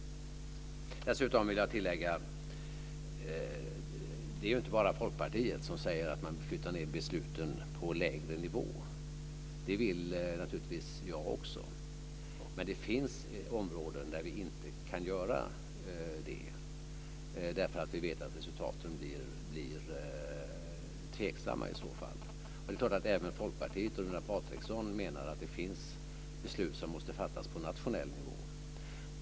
Dessutom vill jag tillägga att det inte bara är Folkpartiet som säger att man vill flytta ned besluten på en lägre nivå. Det vill naturligtvis jag också. Men det finns områden där vi inte kan göra det därför att vi vet att resultaten i så fall blir tveksamma. Även Folkpartiet och Runar Patriksson menar förstås att det finns beslut som måste fattas på nationell nivå.